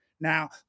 Now